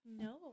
No